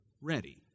ready